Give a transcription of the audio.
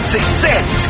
Success